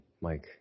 Mike